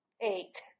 eight